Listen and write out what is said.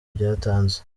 byatanze